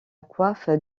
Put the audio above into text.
coiffe